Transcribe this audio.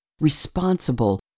responsible